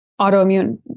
autoimmune